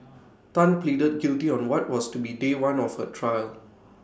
Tan pleaded guilty on what was to be day one of her trial